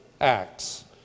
acts